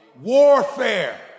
Warfare